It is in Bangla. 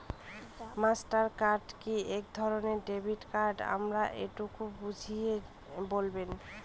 মাস্টার কার্ড কি একধরণের ডেবিট কার্ড আমায় একটু বুঝিয়ে বলবেন?